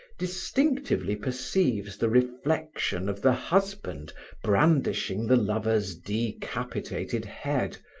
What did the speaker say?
distinctively perceives the reflection of the husband brandishing the lover's decapitated head,